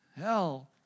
hell